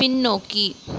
பின்னோக்கி